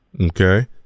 okay